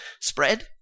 spread